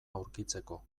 aurkitzeko